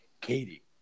Katie